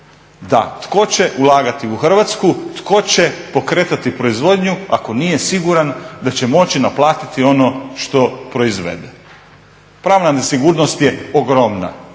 Da, tko će ulagati u Hrvatsku, tko će pokretati proizvodnju ako nije siguran da ćemo moći naplatiti ono što proizvede. Pravna nesigurnost je ogromna